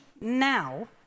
now